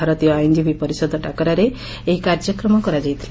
ଭାରତୀୟ ଆଇନଜୀବୀ ପରିଷଦ ଡାକରାରେ ଏହି କାର୍ଯ୍ୟବନ୍ଦ କରାଯାଇଥିଲା